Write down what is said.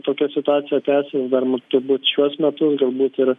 tokia situacija tęsis dar ma turbūt šiuos metu būt ir